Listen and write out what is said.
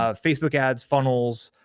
ah facebook ads, funnels,